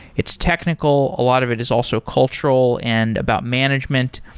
its technical a lot of it is also cultural and about management,